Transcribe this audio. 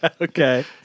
okay